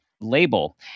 label